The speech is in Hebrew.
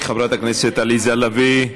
חברת הכנסת עליזה לביא.